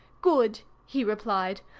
good! he replied.